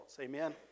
Amen